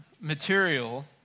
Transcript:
material